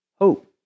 Hope